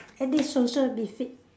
anti social misfit